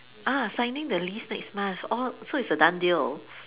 ah signing the lease next month oh so it's a done deal